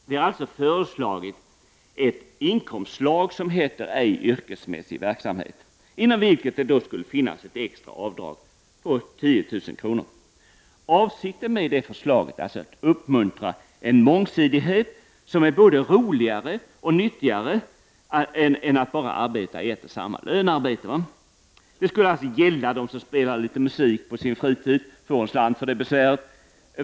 Vi har alltså föreslagit ett inkomstslag, kallat ej yrkesmässig verksamhet. Inom ramen för detta skulle det finnas ett extra avdrag om 10 000 kr. Avsikten med förslaget är att uppmuntra till mångsidighet. På det sättet skulle det bli både roligare och nyttigare att arbeta än att bara ha ett och samma lönearbete. Det skulle gälla dem som spelar litet musik på sin fritid och som får en slant för besväret.